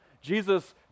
Jesus